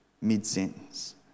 mid-sentence